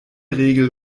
regel